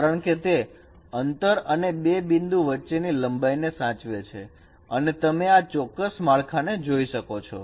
કારણ કે તે અંતર અને બે બિંદુ વચ્ચે ની લંબાઈ ને સાચવે છે અને તમે આ ચોક્કસ માળખાને જોઈ શકો છો